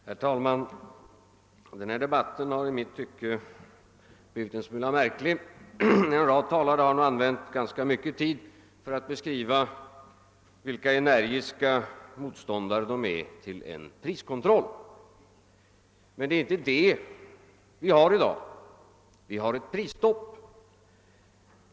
Herr talman! Denna debatt har i mitt tycke blivit en smula märklig. En rad talare har nu använt ganska mycket tid för alt beskriva vilka energiska motståndare de är till en priskontroll. Men det är inte det vi har i dag — vi har ett prisstopp.